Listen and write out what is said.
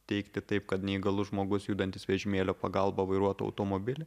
teikti taip kad neįgalus žmogus judantis vežimėlio pagalba vairuotų automobilį